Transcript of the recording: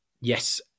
Yes